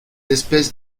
espèces